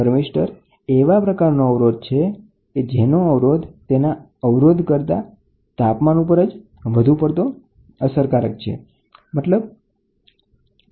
thermistor એવા પ્રકારનો અવરોધ છે કે જેનો અવરોધ પ્રમાણિત રેઝિસ્ટરના અવરોધ કરતા તાપમાન પર વધારે આધારિત છે